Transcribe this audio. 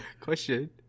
Question